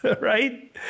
right